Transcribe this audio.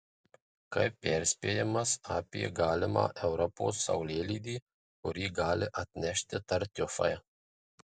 kaip perspėjimas apie galimą europos saulėlydį kurį gali atnešti tartiufai